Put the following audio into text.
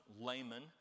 layman